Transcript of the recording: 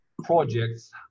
projects